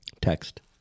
Text